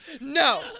No